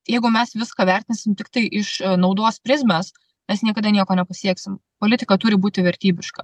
jeigu mes viską vertinsim tiktai iš naudos prizmės mes niekada nieko nepasieksim politika turi būti vertybiška